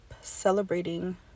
celebrating